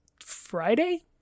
friday